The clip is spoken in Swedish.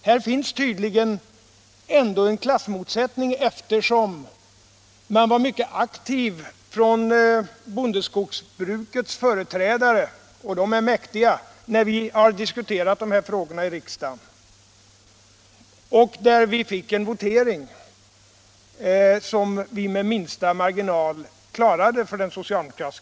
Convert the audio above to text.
Här finns tydligen ändå en klassmotsättning, eftersom bondeskogsbrukets företrädare — och de är mäktiga! — var mycket aktiva när vi diskuterade de här frågorna i riksdagen. Vi fick där en votering, som den socialdemokratiska regeringen med minsta möjliga marginal klarade.